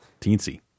Teensy